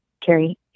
Carrie